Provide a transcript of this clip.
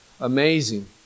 amazing